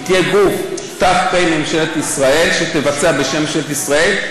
היא תהיה גוף ת"פ לממשלת ישראל שתבצע בשם ממשלת ישראל,